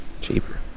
Cheaper